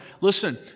Listen